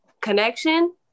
connection